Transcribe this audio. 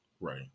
right